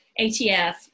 ATF